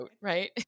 right